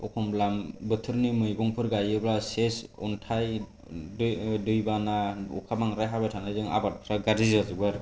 एखनब्ला बोथोरनि मैगंफोर गायोब्ला सेस अन्थाइ दैबाना अखा बांद्राय हाबाय थानायजों आबादफोरा गाज्रि जाजोबो आरो